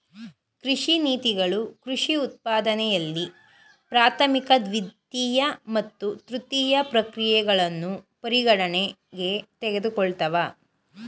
ಕೃಷಿ ನೀತಿಗಳು ಕೃಷಿ ಉತ್ಪಾದನೆಯಲ್ಲಿ ಪ್ರಾಥಮಿಕ ದ್ವಿತೀಯ ಮತ್ತು ತೃತೀಯ ಪ್ರಕ್ರಿಯೆಗಳನ್ನು ಪರಿಗಣನೆಗೆ ತೆಗೆದುಕೊಳ್ತವೆ